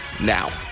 now